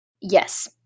Yes